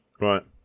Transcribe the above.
Right